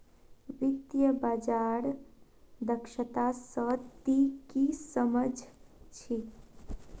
वित्तीय बाजार दक्षता स ती की सम झ छि